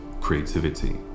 creativity